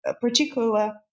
particular